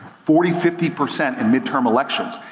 forty, fifty percent in midterm elections,